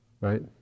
right